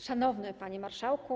Szanowny Panie Marszałku!